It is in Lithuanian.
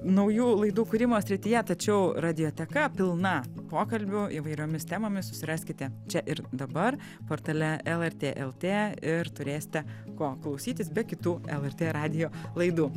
naujų laidų kūrimo srityje tačiau radioteka pilna pokalbių įvairiomis temomis susiraskite čia ir dabar portale lrt lt ir turėsite ko klausytis be kitų lrt radijo laidų